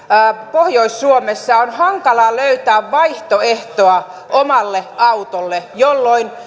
pohjois suomessa on hankala löytää vaihtoehtoa omalle autolle jolloin